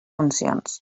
funcions